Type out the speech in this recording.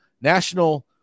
National